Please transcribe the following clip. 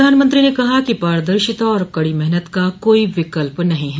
प्रधानमंत्री ने कहा कि पारदर्शिता और कड़ी मेहनत का कोई विकल्प नहीं है